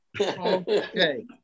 Okay